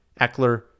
Eckler